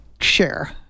share